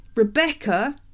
Rebecca